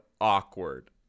awkward